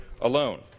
alone